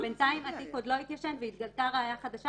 בינתיים התיק עוד לא התיישן והתגלתה ראייה חדשה,